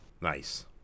Nice